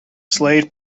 slade